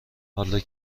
حالی